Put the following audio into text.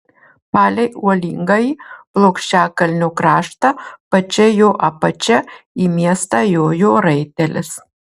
palei uolingąjį plokščiakalnio kraštą pačia jo apačia į miestą jojo raitelis